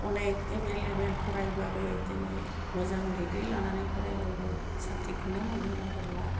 अनेख एबेलेबेल फारायबाबो दिनै मोजां दिग्रि लाना फरायबाबो साख्रिखौनो मोननो नागेरला